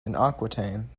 aquitaine